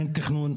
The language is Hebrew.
אין תכנון,